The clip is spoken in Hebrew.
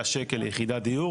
אנחנו